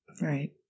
Right